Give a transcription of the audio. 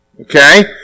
okay